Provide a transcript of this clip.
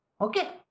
Okay